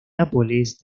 nápoles